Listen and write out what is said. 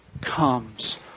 comes